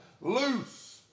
loose